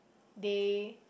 they